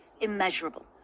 immeasurable